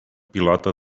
pilota